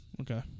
Okay